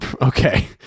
okay